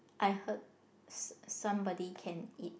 I heard some somebody can eat